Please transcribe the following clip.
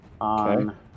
on